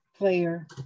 player